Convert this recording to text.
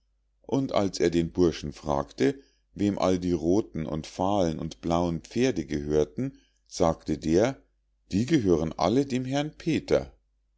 und als er den burschen fragte wem alle die rothen und fahlen und blauen pferde gehörten sagte der die gehören alle dem herrn peter